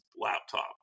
laptop